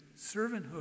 servanthood